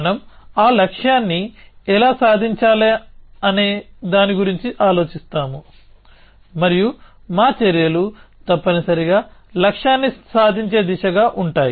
మనం ఆ లక్ష్యాన్ని ఎలా సాధించాలనే దాని గురించి ఆలోచిస్తాము మరియు మా చర్యలు తప్పనిసరిగా లక్ష్యాన్ని సాధించే దిశగా ఉంటాయి